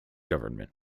government